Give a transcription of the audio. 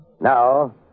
Now